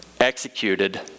executed